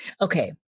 okay